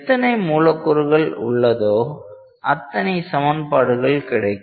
எத்தனை மூலக்கூறுகள் உள்ளதோ அத்தனை சமன்பாடுகள் கிடைக்கும்